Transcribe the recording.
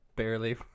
barely